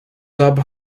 sub